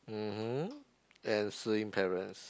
mmhmm and seeing parents